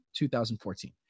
2014